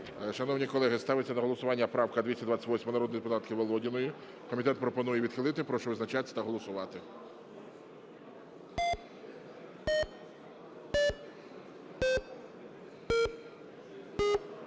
Шановні колеги, ставиться на голосування правка 228 народної депутатки Володіної. Комітет пропонує відхилити. Прошу визначатися та голосувати.